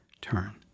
turn